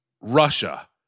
Russia